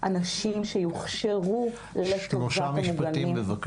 אנשים שיוכשרו לטובת המוגנים.